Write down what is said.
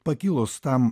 pakilus tam